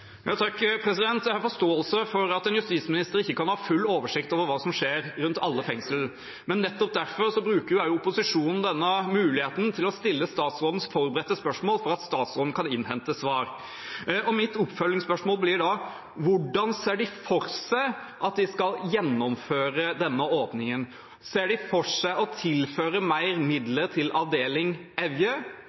Jeg har forståelse for at en justisminister ikke kan ha full oversikt over hva som skjer i alle fengsler. Nettopp derfor bruker opposisjonen denne muligheten til å stille statsråden forberedte spørsmål, for at statsråden kan innhente svar. Mitt oppfølgingsspørsmål blir da: Hvordan ser de for seg at de skal gjennomføre denne åpningen? Ser de for seg å tilføre flere midler til Evje avdeling,